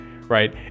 right